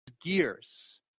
gears